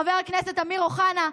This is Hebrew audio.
חבר הכנסת אמיר אוחנה,